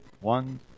one